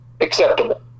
acceptable